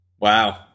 Wow